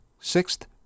sixth